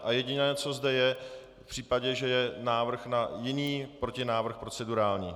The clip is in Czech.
A jediné, co zde je v případě, že je návrh na jiný protinávrh procedurální.